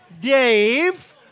Dave